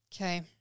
Okay